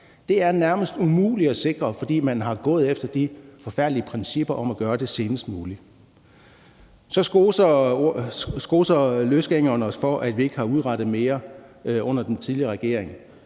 Det er nærmest umuligt at sikre, fordi man har gået efter de forfærdelige principper om at gøre det senest muligt. Så skoser løsgængeren os for, at vi ikke har udrettet mere under den tidligere regering.